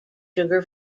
sugar